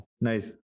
nice